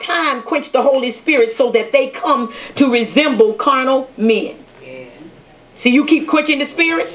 time quench the holy spirit so that they come to resemble carnal me so you keep quoting the spirit